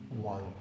one